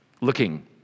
looking